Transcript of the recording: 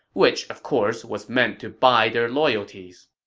which, of course, was meant to buy their loyalties.